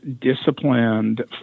disciplined